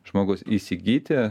žmogus įsigyti